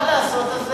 מה לעשות, אז,